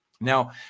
Now